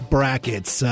Brackets